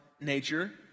nature